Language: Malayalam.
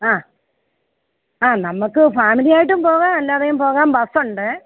ആഹ് നമുക്ക് ഫാമിലി ആയിട്ടും പോകാം അല്ലാതെയും പോകാം ബസ്സോണ്ട്